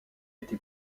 été